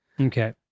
Okay